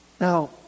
Now